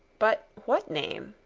but what name?